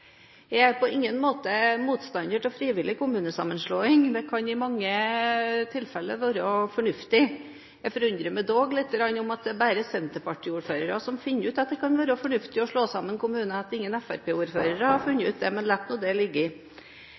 Jeg er på ingen måte motstander av frivillig kommunesammenslåing. Det kan i mange tilfeller være fornuftig. Jeg forundrer meg dog litt over at det bare er senterpartiordførere som finner ut at det kan være fornuftig å slå sammen kommuner, og at det ikke er noen fremskrittspartiordførere som har funnet det ut, men la nå det